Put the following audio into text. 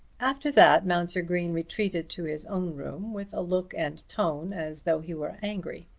after that mounser green retreated to his own room with a look and tone as though he were angry.